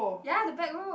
ya the back row